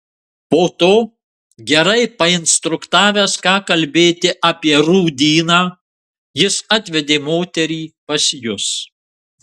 po to gerai painstruktavęs ką kalbėti apie rūdyną jis atvedė moterį pas jus